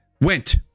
went